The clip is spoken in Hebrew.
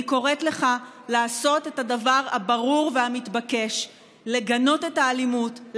אני קוראת לך לעשות את הדבר הברור והמתבקש: לגנות את האלימות,